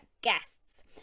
guests